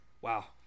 Wow